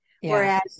Whereas